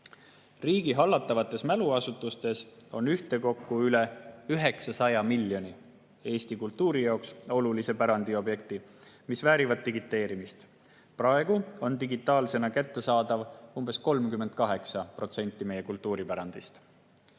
Riigi hallatavates mäluasutustes on ühtekokku üle 900 miljoni Eesti kultuuri jaoks olulise pärandiobjekti, mis väärivad digiteerimist. Praegu on digitaalsena kättesaadav umbes 38% meie kultuuripärandist.